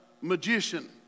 magician